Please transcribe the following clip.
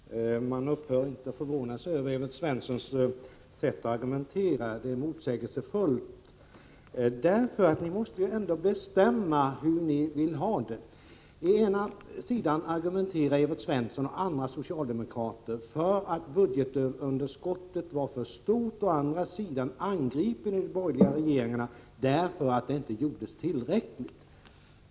Herr talman! Man upphör inte att förvåna sig över Evert Svenssons sätt att argumentera — det är så motsägelsefullt. Ni måste ju ändå bestämma hur ni vill ha det. Å ena sidan hävdar Evert Svensson och andra socialdemokrater att budgetunderskottet var för stort. Å andra sidan angriper ni de borgerliga regeringarna därför att det inte gjordes tillräckligt.